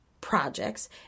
projects